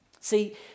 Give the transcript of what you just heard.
See